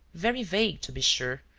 very vague, to be sure,